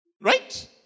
Right